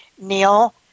Neil